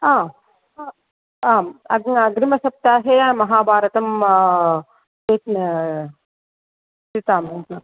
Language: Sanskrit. आ आम् अग्रिमसप्ताहे महाभारतं